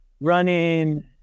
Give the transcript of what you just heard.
running